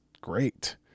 great